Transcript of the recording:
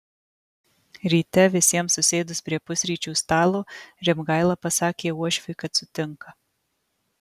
ryte visiems susėdus prie pusryčių stalo rimgaila pasakė uošviui kad sutinka